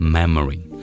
memory